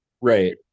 Right